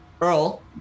Earl